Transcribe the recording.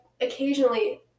occasionally